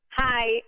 Hi